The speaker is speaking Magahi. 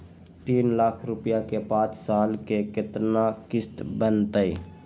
तीन लाख रुपया के पाँच साल के केतना किस्त बनतै?